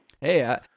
Hey